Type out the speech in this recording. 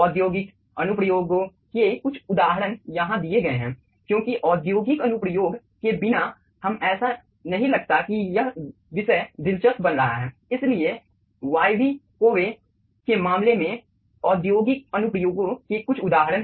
औद्योगिक अनुप्रयोगों के कुछ उदाहरण यहां दिए गए हैं क्योंकि औद्योगिक अनुप्रयोग के बिना हमें ऐसा नहीं लगता कि यह विषय दिलचस्प बन रहा है इसलिए वायवीय कोवे के मामले में औद्योगिक अनुप्रयोगों के कुछ उदाहरण है